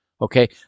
Okay